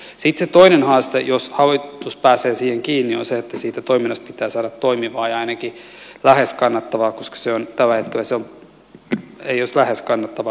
sitten se toinen haaste jos hallitus pääsee siihen kiinni on se että toiminnasta pitää saada toimivaa ja ainakin lähes kannattavaa koska tällä hetkellä se ei ole läheskään kannattavaa toimintaa